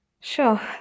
Sure